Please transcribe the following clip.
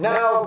Now